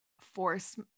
force